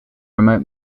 remote